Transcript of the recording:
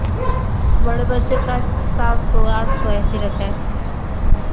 बड़े बच्चों का सात सौ आठ सौ ऐसे रहता है